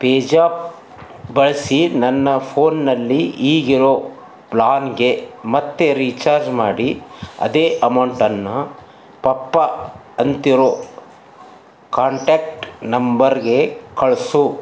pay ಜಾಪ್ ಬಳಸಿ ನನ್ನ ಫೋನಲ್ಲಿ ಈಗಿರೋ ಪ್ಲಾನ್ಗೇ ಮತ್ತೆ ರೀಚಾರ್ಜ್ ಮಾಡಿ ಅದೇ ಅಮೌಂಟನ್ನು ಪಪ್ಪ ಅಂತಿರೋ ಕಾಂಟ್ಯಾಕ್ಟ್ ನಂಬರ್ಗೆ ಕಳಿಸು